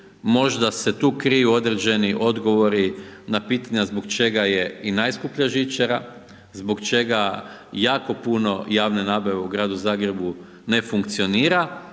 možda se tu kriju određeni odgovori na pitanja zbog čega je i najskuplja žičara, zbog čega jako puno javne nabave u Gradu Zagrebu ne funkcionira